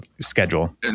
schedule